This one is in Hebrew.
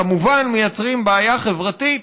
כמובן מייצרים בעיה חברתית